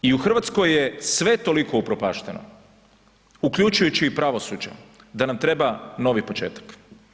I u Hrvatskoj je sve toliko upropašteno uključujući i pravosuđe da nam treba novi početak.